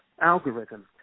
algorithm